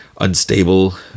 unstable